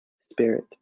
spirit